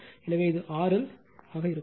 எனவே இது RL ஆக இருக்கும்